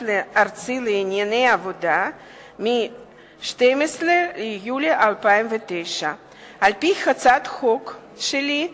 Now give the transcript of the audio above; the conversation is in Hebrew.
הארצי לענייני עבודה מ-12 ביולי 2009. על-פי הצעת החוק שלי,